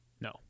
No